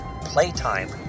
playtime